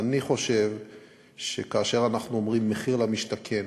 אני חושב שכאשר אנחנו אומרים מחיר למשתכן